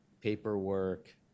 paperwork